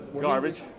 garbage